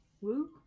Woo